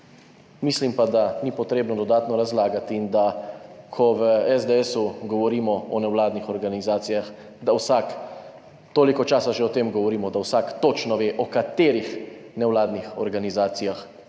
Mislim pa, da ni treba dodatno razlagati, da ko v SDS govorimo o nevladnih organizacijah, ker vsake toliko časa govorimo o tem, da vsak točno ve, o katerih nevladnih organizacijah